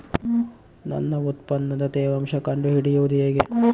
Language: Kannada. ನನ್ನ ಉತ್ಪನ್ನದ ತೇವಾಂಶ ಕಂಡು ಹಿಡಿಯುವುದು ಹೇಗೆ?